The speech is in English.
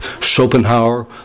Schopenhauer